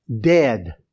Dead